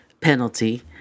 penalty